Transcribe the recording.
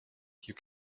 you